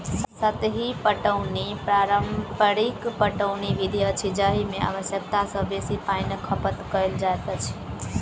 सतही पटौनी पारंपरिक पटौनी विधि अछि जाहि मे आवश्यकता सॅ बेसी पाइनक खपत कयल जाइत अछि